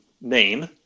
name